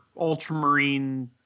ultramarine